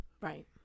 Right